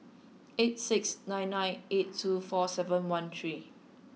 eight six nine nine eight two four seven one three